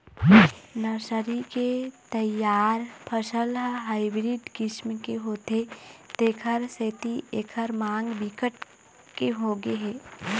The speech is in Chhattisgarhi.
नर्सरी के तइयार फसल ह हाइब्रिड किसम के होथे तेखर सेती एखर मांग बिकट के होगे हे